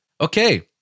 Okay